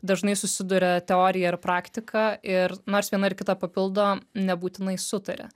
dažnai susiduria teorija ir praktika ir nors viena ir kita papildo nebūtinai sutaria